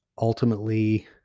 ultimately